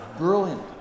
brilliant